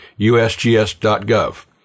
usgs.gov